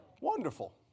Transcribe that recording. Wonderful